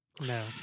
No